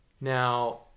Now